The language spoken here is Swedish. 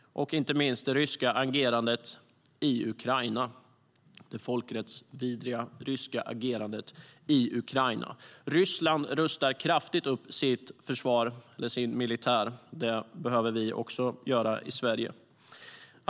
Inte minst har vi det folkrättsvidriga ryska agerandet i Ukraina.Ryssland rustar kraftigt upp sitt försvar och sin militär. Det behöver vi göra också i Sverige.